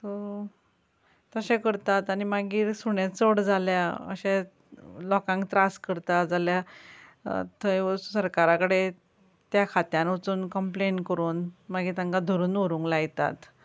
so तशें करतात आनी मागीर सुणे चड जाल्या अशेंच लोकांक त्रास करता जाल्यार थंय वस सरकारा कडेन त्या खात्यान वचून कंप्लेन करून मागीर तांकां धरून व्हरूंक लायतात